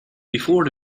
before